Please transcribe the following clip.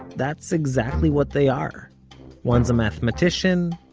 that's exactly what they are one's a mathematician,